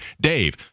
Dave